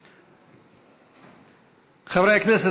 הצעה מס' 3202. חברי הכנסת,